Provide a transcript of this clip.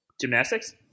Gymnastics